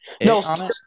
No